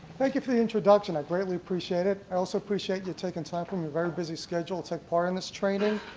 thank you for the introduction. i greatly appreciate it. i also appreciate you taking time from your very busy schedules to take part in this training.